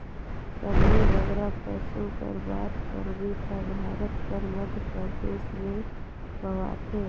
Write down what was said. सबले बगरा पसु कर बात करबे ता भारत कर मध्यपरदेस में पवाथें